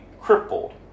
crippled